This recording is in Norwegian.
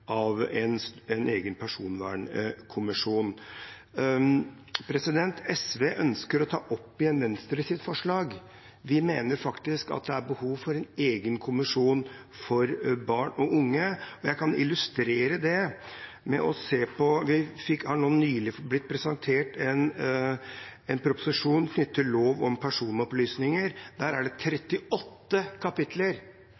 av en egen personvernkommisjon. SV ønsker å ta opp igjen Venstres forslag. Vi mener faktisk at det er behov for en egen kommisjon for barn og unge, og jeg kan illustrere det. Vi har nylig blitt presentert en proposisjon knyttet til lov om personopplysninger. Der er det